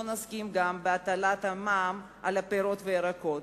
לא נסכים גם להטלת מע"מ על פירות וירקות.